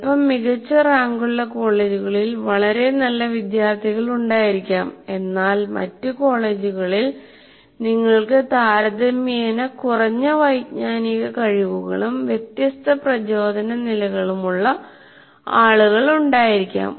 അല്പം മികച്ച റാങ്കുള്ള കോളേജുകളിൽ വളരെ നല്ല വിദ്യാർത്ഥികളുണ്ടായിരിക്കാം എന്നാൽ മറ്റ് കോളേജുകളിൽ നിങ്ങൾക്ക് താരതമ്യേന കുറഞ്ഞ വൈജ്ഞാനിക കഴിവുകളും വ്യത്യസ്ത പ്രചോദന നിലകളുമുള്ള ആളുകൾ ഉണ്ടായിരിക്കാം